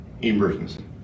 emergency